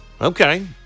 Okay